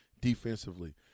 defensively